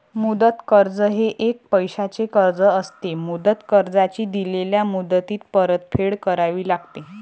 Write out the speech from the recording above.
मुदत कर्ज हे एक पैशाचे कर्ज असते, मुदत कर्जाची दिलेल्या मुदतीत परतफेड करावी लागते